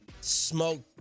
smoke